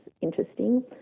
interesting